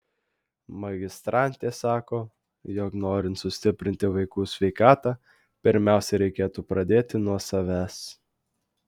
magistrantė sako jog norint sustiprinti vaikų sveikatą pirmiausia reikėtų pradėti nuo savęs